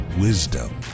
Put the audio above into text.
wisdom